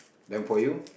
then for you